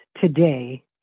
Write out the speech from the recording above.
today